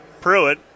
Pruitt